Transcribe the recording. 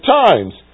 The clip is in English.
times